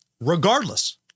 regardless